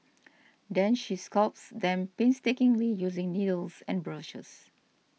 then she sculpts them painstakingly using needles and brushes